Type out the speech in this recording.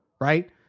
right